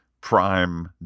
prime